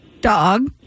Dog